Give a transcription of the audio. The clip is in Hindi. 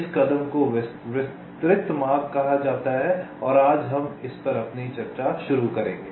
इस कदम को विस्तृत मार्ग कहा जाता है और आज हम इस पर अपनी चर्चा शुरू करेंगे